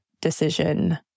decision